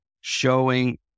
showing